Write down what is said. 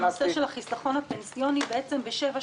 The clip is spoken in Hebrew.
נושא החיסכון הפנסיוני בעצם בסעיפים 7,